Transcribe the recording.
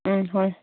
ꯎꯝ ꯍꯣꯏ